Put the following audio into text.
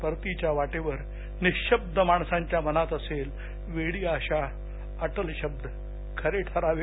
परतीच्या वाटेवर निःशब्द माणसांच्या मनात असेल वेडी आशा अटल शब्द खरे ठरावे